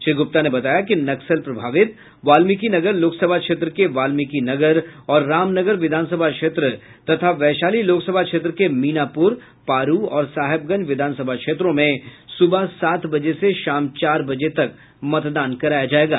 श्री गुप्ता ने बताया कि नक्सल प्रभावित वाल्मीकिनगर लोकसभा क्षेत्र के वाल्मीकिनगर और रामनगर विधानसभा क्षेत्र तथा वैशाली लोकसभा क्षेत्र के मीनापूर पारू और साहेबगंज विधानसभा क्षेत्रों में सुबह सात बजे से शाम चार बजे तक मतदान कराया जायेगा